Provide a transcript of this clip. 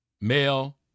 male